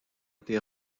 été